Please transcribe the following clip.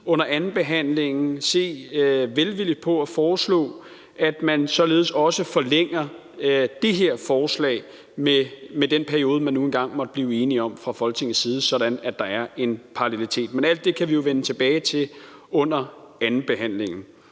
under andenbehandlingen se velvilligt på at foreslå, at man således også forlænger det her forslag med den periode, man nu engang måtte blive enig om fra Folketingets side, sådan at der er en parallelitet. Men alt det kan vi jo vende tilbage til under andenbehandlingen.